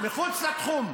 מחוץ לתחום.